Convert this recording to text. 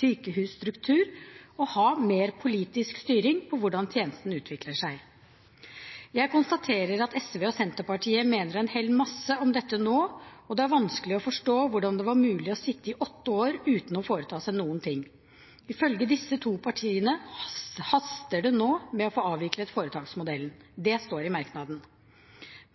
sykehusstruktur å ha mer politisk styring med hvordan tjenesten utvikler seg. Jeg konstaterer at SV og Senterpartiet mener en hel masse om dette nå, og det er vanskelig å forstå hvordan det var mulig å sitte i åtte år uten å foreta seg noen ting. Ifølge disse to partiene haster det nå med å få avviklet foretaksmodellen. Det står i merknadene.